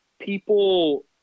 people